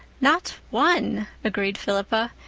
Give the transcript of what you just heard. not one, agreed philippa.